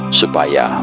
supaya